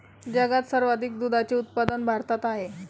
जगात सर्वाधिक दुधाचे उत्पादन भारतात आहे